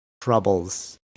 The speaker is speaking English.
troubles